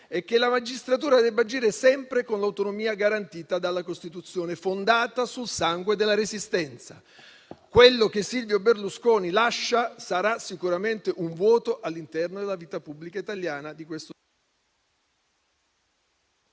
e che la magistratura debba agire sempre con l'autonomia garantita dalla Costituzione, fondata sul sangue della Resistenza. Quello che Silvio Berlusconi lascia sarà sicuramente un vuoto all'interno della vita pubblica italiana: di questo...